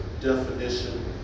definition